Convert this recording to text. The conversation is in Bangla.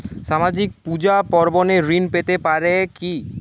সামাজিক পূজা পার্বণে ঋণ পেতে পারে কি?